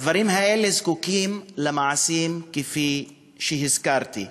הדברים האלה זקוקים למעשים, כפי שהזכרתי.